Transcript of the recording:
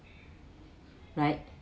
right